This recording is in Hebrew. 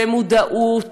מודעות